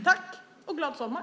Tack och glad sommar!